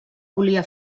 volia